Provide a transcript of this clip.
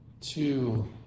two